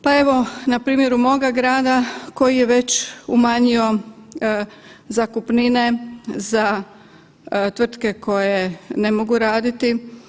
Pa evo na primjeru moga grada koji je već umanjio zakupnine za tvrtke koje ne mogu raditi.